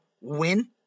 win